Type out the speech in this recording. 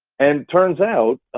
and turns out,